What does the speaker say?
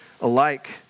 alike